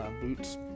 boots